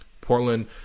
Portland